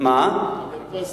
מה עם המרפסת?